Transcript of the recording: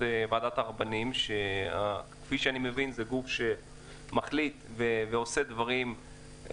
ועדת הרבנים שכפי שאני מבין זה גוף שמחליט ועושה דברים,